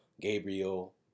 Gabriel